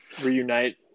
reunite